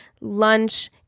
lunch